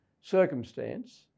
circumstance